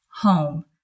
home